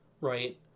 Right